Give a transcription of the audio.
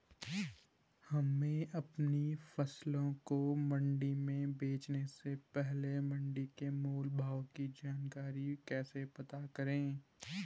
हमें अपनी फसल को मंडी में बेचने से पहले मंडी के मोल भाव की जानकारी कैसे पता करें?